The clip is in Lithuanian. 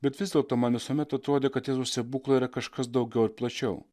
bet vis dėlto man visuomet atrodė kad jėzaus stebuklai yra kažkas daugiau ir plačiau